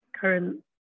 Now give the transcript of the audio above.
current